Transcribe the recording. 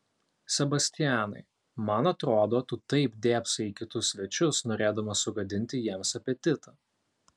sebastianai man atrodo tu taip dėbsai į kitus svečius norėdamas sugadinti jiems apetitą